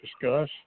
discuss